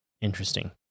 Interesting